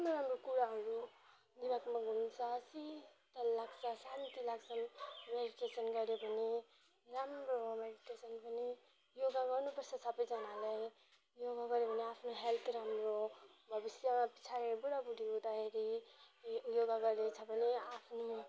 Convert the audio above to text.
राम्रो राम्रो कुराहरू दिमागमा घुम्छ शीतल लाग्छ शान्ति लाग्छ मेडिटेसन गर्यो भने राम्रो हो मेडिटेसन पनि योगा गर्नु पर्छ सबैजनाले योगा गर्यो भने आफ्नो हेल्थ राम्रो भविष्यमा पछाडि बुढा बुढी हुँदाखेरि योगा गरेको छ भने आफ्नो